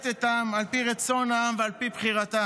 את העם על פי רצון העם ועל פי בחירתו.